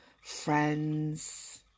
friends